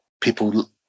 people